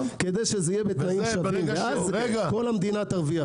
כדי שזה יהיה- -- כל המדינה תרווויח.